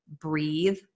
breathe